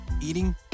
eating